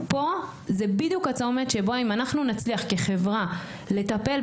פה זה בדיוק הצומת שבו אם אנחנו נצליח כחברה לטפל.